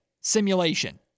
Simulation